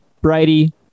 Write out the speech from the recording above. Brady